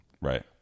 right